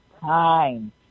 time